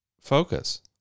focus